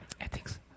ethics